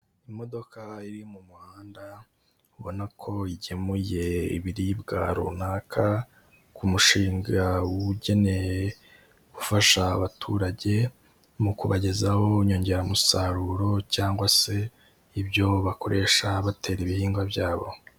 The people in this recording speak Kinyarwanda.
Imodoka iri mu muhanda ubona ko igemuye ibiribwa runaka ku mushinga ugenewe gufasha abaturage mu kubagezaho inyongeramusaruro cyangwa se ibyo bakoresha batera ibihingwa byabo.